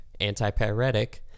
antipyretic